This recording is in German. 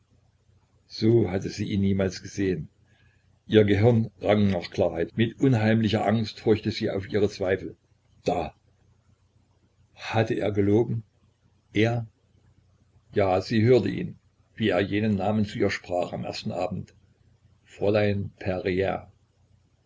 so hatte sie ihn niemals gesehen ihr gehirn rang nach klarheit mit unheimlicher angst horchte sie auf ihre zweifel da hatte er gelogen er ja sie hörte ihn wie er jenen namen zu ihr sprach am ersten abend fräulein perier